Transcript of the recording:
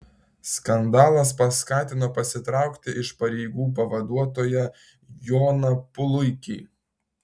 skandalas paskatino pasitraukti iš pareigų pavaduotoją joną puluikį